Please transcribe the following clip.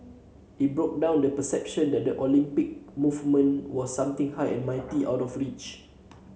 it broke down the perception that the Olympic movement was something high and mighty out of reach